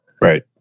Right